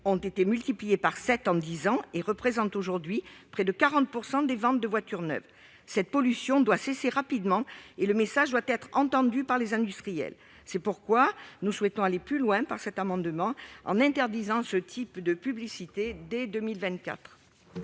ont été multipliées par sept en dix ans et représentent aujourd'hui près de 40 % des ventes de voitures neuves. Cette pollution doit cesser rapidement, et le message doit être entendu par les industriels. Nous souhaitons donc aller plus loin, en interdisant ce type de publicités dès 2024.